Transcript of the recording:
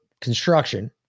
construction